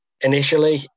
initially